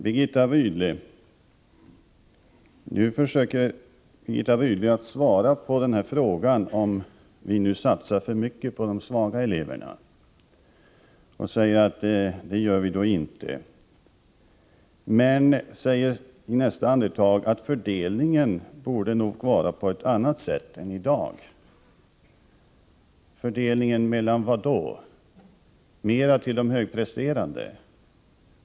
Birgitta Rydle försöker nu svara på frågan, om vi satsar för mycket på de svaga eleverna, och säger att det gör vi inte. Men i nästa andetag säger hon att fördelningen borde ske på ett annat sätt än i dag. Fördelningen mellan vad då? Mera till de högpresterande?